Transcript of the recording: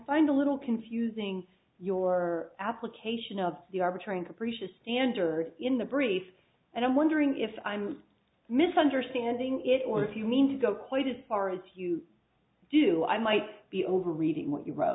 find a little confusing your application of the arbitrary capricious standard in the briefs and i'm wondering if i'm misunderstanding it or if you mean to go quite as far as you do i might be over reading what you